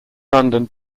london